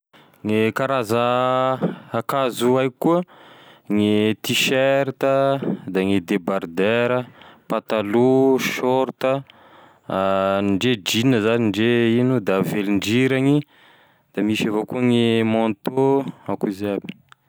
Gne karaza akanzo haiko koa gny tiserta de gne debardera, patalo, sôrta, ndre jean zany ndre ino moa da velondrirany da misy avao koa gne manteau akoa izay aby.